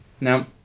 Now